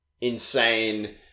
insane